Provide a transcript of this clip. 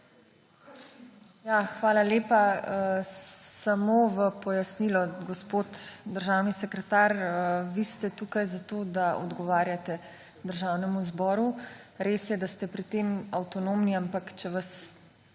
hvala lepa. Samo v pojasnilo, gospod državni sekretar, vi ste tukaj za to, da odgovarjate Državnemu zboru. Res je, da ste pri tem avtonomni, ampak če vas